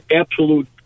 absolute